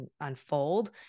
unfold